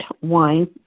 wine